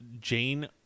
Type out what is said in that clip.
Jane